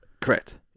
Correct